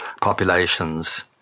populations